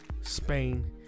spain